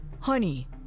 Honey